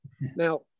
Now